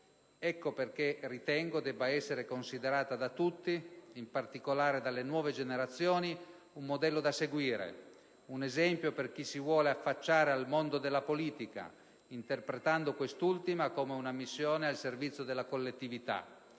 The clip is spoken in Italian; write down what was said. Ecco perché ritengo debba essere considerata da tutti, in particolare dalle nuove generazioni, un modello da seguire. Un esempio per chi si vuole affacciare al mondo della politica, interpretandola come una missione al servizio della collettività: